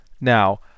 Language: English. Now